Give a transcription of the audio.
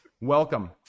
welcome